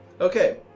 Okay